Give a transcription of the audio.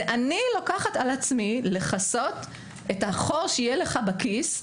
זה: אני לוקחת על עצמי לכסות את החור שיהיה לך בכיס,